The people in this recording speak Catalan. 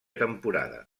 temporada